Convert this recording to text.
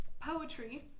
poetry